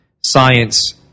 science